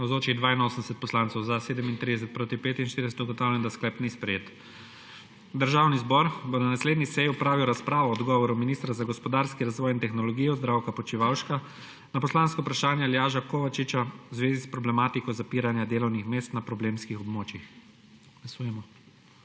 45.) Ugotavljam, da sklep ni sprejet. Državni zbor bo na naslednji seji opravil razpravo o odgovoru ministra za gospodarski razvoj in tehnologijo Zdravka Počivalška na poslansko vprašanje Aljaža Kovačiča v zvezi s problematiko zapiranja delovnih mest na problemskih območjih.